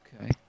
okay